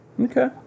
Okay